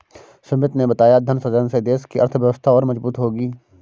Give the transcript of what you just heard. सुमित ने बताया धन सृजन से देश की अर्थव्यवस्था और मजबूत होगी